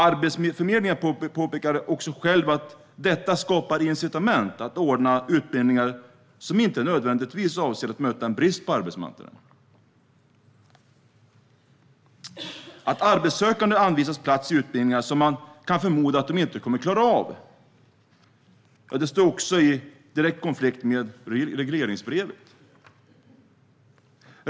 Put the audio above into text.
Arbetsförmedlingen påpekar också själv att detta skapar incitament att anordna utbildningar som inte nödvändigtvis avser att möta en brist på arbetsmarknaden. Att arbetssökande anvisats plats i utbildningar som man kan förmoda att de inte kommer att klara av står också i direkt konflikt med regleringsbrevet.